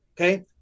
okay